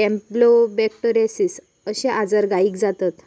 campylobacteriosis अश्ये आजार गायीक जातत